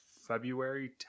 February